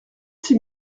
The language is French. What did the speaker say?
six